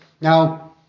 now